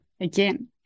again